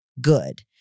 good